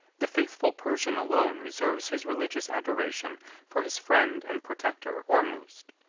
the faithful persian alone reserves his religious adoration for his friend and protector ormusd,